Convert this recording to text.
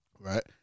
right